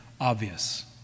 obvious